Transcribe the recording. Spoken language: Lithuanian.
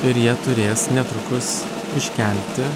ir jie turės netrukus iškelti